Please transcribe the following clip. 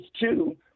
two